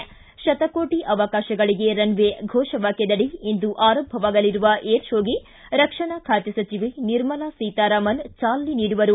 ಶತಕೋಟಿ ಅವಕಾಶಗಳಿಗೆ ರನ್ವೇ ಘೋಷ ವಾಕ್ಯದಡಿ ಇಂದು ಆರಂಭವಾಗಲಿರುವ ಏರ್ಶೋಗೆ ರಕ್ಷಣಾ ಖಾತೆ ಸಚಿವೆ ನಿರ್ಮಲಾ ಸೀತಾರಾಮನ್ ಚಾಲನೆ ನೀಡುವರು